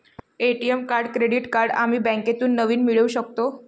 ATM card credit card आम्ही बँकेतून नवीन मिळवू शकतो